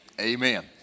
Amen